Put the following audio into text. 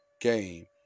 game